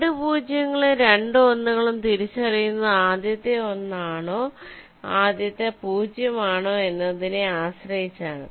രണ്ടു 0 കളും രണ്ടു 1 കളും തിരിച്ചറിയുന്നത് ആദ്യത്തെ 1 ആണോ ആദ്യത്തെ 0 ആണോ എന്നതിനെ ആശ്രയിച്ചാണ്